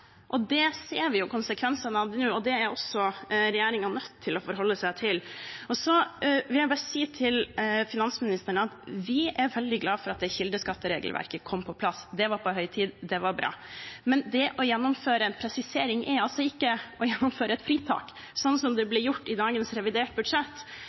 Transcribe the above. Det ser vi konsekvensene av nå, og det er også regjeringen nødt til å forholde seg til. Så vil jeg bare si til finansministeren at vi er veldig glad for at det kildeskattregelverket kom på plass. Det var på høy tid, det var bra, men det å gjennomføre en presisering er ikke å gjennomføre et fritak, sånn som det ble gjort i dagens reviderte budsjett.